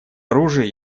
оружие